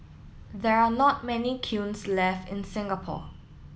there are not many kilns left in Singapore